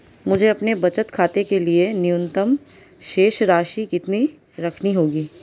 मुझे अपने बचत खाते के लिए न्यूनतम शेष राशि कितनी रखनी होगी?